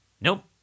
Nope